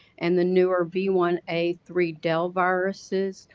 and the newer v one a three dell viruses,